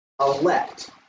elect